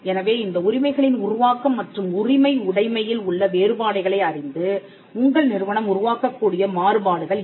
எனவே இந்த உரிமைகளின் உருவாக்கம் மற்றும் உரிமை உடைமையில் உள்ள வேறுபாடுகளை அறிந்து உங்கள் நிறுவனம் உருவாக்கக்கூடிய மாறுபாடுகள் இவை